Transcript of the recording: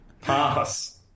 pass